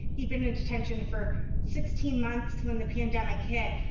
he'd been in detention for sixteen months when the pandemic hit.